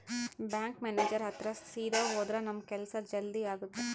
bank manager ಹತ್ರ ಸೀದಾ ಹೋದ್ರ ನಮ್ ಕೆಲ್ಸ ಜಲ್ದಿ ಆಗುತ್ತೆ